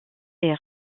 est